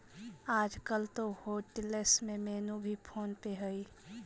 आजकल तो होटेल्स में मेनू भी फोन पे हइ